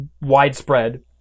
widespread